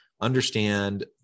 understand